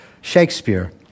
Shakespeare